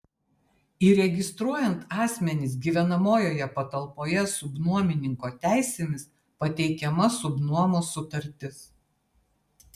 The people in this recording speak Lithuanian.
įregistruojant asmenis gyvenamojoje patalpoje subnuomininko teisėmis pateikiama subnuomos sutartis